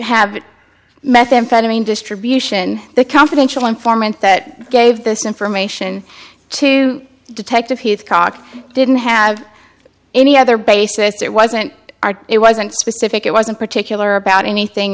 have methamphetamine distribution the confidential informant that gave this information to detective heath cock didn't have any other basis it wasn't it wasn't specific it wasn't particular about anything